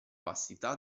vastità